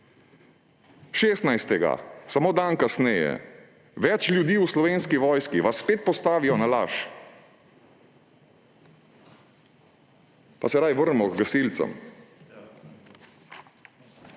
16., samo dan kasneje, več ljudi v Slovenski vojski, vas spet postavijo na laž. Pa se raje vrnimo h gasilcem